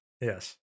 Yes